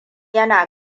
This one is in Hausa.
yana